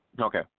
Okay